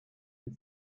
and